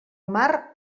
mar